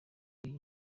y’iyi